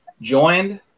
joined